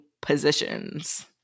positions